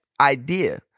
idea